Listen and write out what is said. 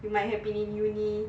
you might have been in uni